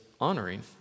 honoring